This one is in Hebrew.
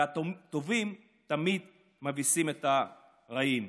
והטובים תמיד מביסים את הרעים.